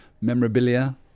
memorabilia